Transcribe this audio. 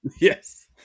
Yes